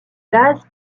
bases